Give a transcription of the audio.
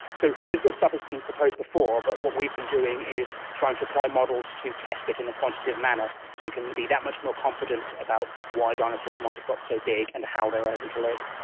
so this sort of stuff has been proposed before, but what we've been doing is trying to apply models to test it in a quantitative manner so we can be that much more confident about why dinosaurs might have got so big and how they were able to live.